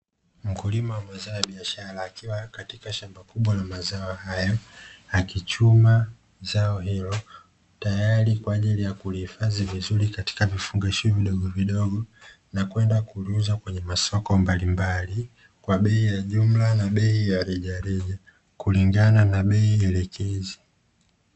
Mkulima wa mazao ya biashara akiwa katika shamba kubwa la mazao haya, akichuma zao hilo tayari kwa ajili ya kulihifadhi vizuri katika vifungashio vidogo vidogo na kwenda kuviuza kwenye masoko mbalimbali kwa bei ya jumla na bei ya rejareja kulingana na bei elekezi.